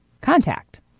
contact